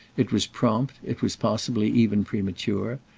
it was prompt, it was possibly even premature,